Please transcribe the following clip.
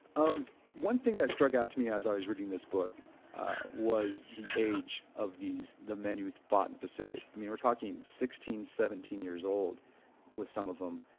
um one thing that struck out to me, as i was reading this book was the age of these the men who fought in pacific. i mean we're talking sixteen, seventeen years old with some of them,